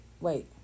wait